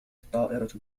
الطائرة